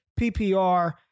PPR